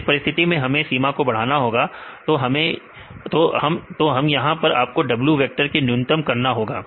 इस परिस्थिति में हमें सीमा को बढ़ाना होगा तो यहां पर आपको W वेक्टर को न्यूनतम करना होगा